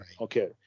Okay